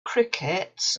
crickets